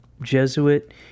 jesuit